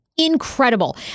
incredible